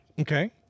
Okay